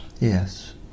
Yes